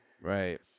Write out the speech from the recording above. Right